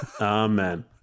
Amen